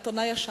את עונה ישר.